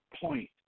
point